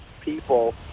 people